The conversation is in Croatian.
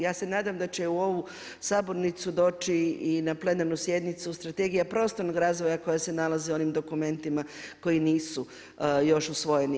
Ja se nadam da će u ovu sabornicu doći i na plenarnu sjednicu Strategija prostornog razvoja koja se nalazi u onim dokumentima koji nisu još usvojeni.